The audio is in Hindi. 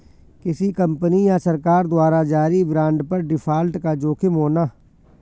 किसी कंपनी या सरकार द्वारा जारी बांड पर डिफ़ॉल्ट का जोखिम होना